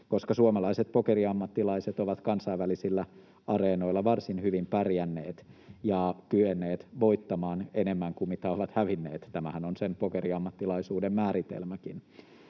koska suomalaiset pokeriammattilaiset ovat kansainvälisillä areenoilla varsin hyvin pärjänneet ja kyenneet voittamaan enemmän kuin mitä ovat hävinneet. Tämähän on sen pokeriammattilaisuuden määritelmäkin.